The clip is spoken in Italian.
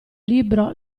libro